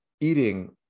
eating